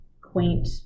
quaint